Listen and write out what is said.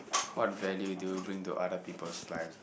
what value do you bring to other people's life ah